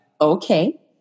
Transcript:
Okay